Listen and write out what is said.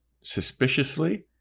suspiciously